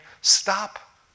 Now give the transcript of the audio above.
stop